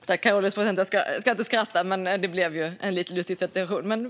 Herr ålderspresident! Jag ska inte skratta, men det blev lite lustigt.